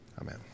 amen